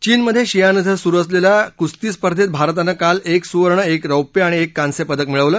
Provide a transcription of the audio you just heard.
चीनमध्ये शियान इथं सुरू असलेल्या कुस्ती स्पर्धेत भारतानं काल एक सुवर्ण एक रौप्य आणि एक कांस्य पदक मिळवलं